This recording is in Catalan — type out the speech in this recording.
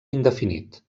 indefinit